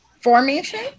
Formation